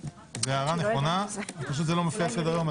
זו הערה נכונה, פשוט זה לא מופיע בסדר-היום.